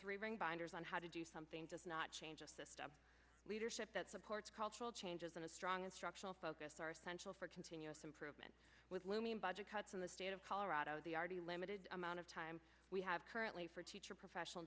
three ring binders on how to do something does not change the system leadership that supports cultural changes and a strong instructional focus are essential for continuous improvement with looming budget cuts in the state of colorado the already limited amount of time we have currently for teacher professional